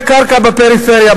מחיר קרקע בפריפריה.